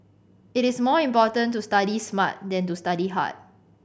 it is more important to study smart than to study hard